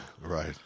Right